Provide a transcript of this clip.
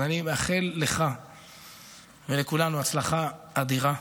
אז אני מאחל לך ולכולנו הצלחה אדירה,